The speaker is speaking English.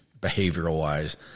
behavioral-wise